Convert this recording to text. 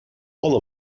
all